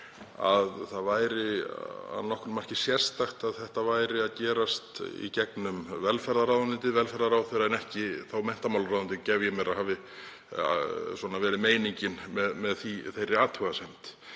að það væri að nokkru marki sérstakt að þetta væri að gerast í gegnum velferðarráðuneytið, velferðarráðherra, en ekki menntamálaráðuneytið, ég gef mér að það hafi verið meiningin með þeirri athugasemd.